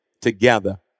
together